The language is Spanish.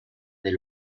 del